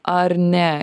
ar ne